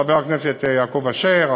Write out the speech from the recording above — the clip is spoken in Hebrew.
חבר הכנסת יעקב אשר,